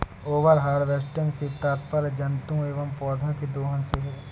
over harvesting से तात्पर्य जंतुओं एंव पौधौं के दोहन से है